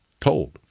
told